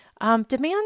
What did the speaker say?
Demand